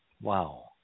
Wow